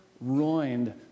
ruined